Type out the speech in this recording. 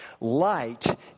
Light